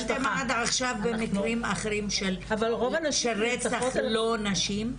אז אתם עד עכשיו דנתם במקרים אחרים של רצח לא נשים?